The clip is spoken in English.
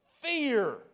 fear